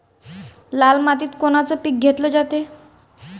लाल मातीत कोनचं पीक घेतलं जाते?